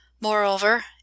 Moreover